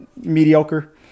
mediocre